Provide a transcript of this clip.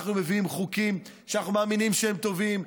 אנחנו מביאים חוקים שאנחנו מאמינים שהם טובים.